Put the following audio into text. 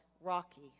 Rocky